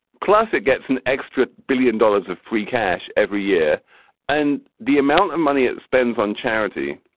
plus, it gets an extra billion dollars of free cash every year and the amount of money it spends on charity.